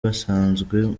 basanzwe